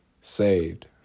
saved